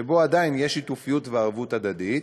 שבו עדיין יש שיתופיות וערבות הדדית,